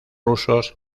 rusos